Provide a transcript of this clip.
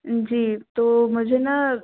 जी तो मुझे ना